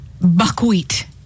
Buckwheat